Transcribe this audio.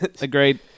Agreed